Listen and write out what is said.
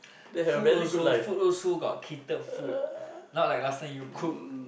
food also food also got cater food not like last time you cook